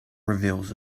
reveals